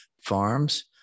farms